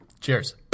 Cheers